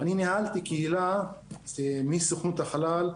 אני ניהלתי קהילה מסוכנות החלל,